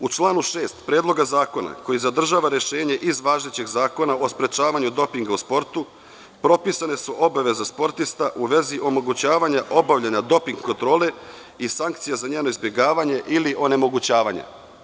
U članu 6. Predloga zakona koji zadržava rešenje iz važećeg Zakona o sprečavanju dopinga u sportu, propisane su obaveze sportista u vezi omogućavanja obavljanja doping kontrole i sankcija za njena izbegavanja ili onemogućavanja.